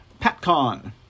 PatCon